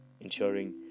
ensuring